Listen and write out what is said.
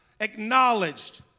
acknowledged